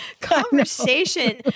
conversation